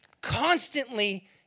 constantly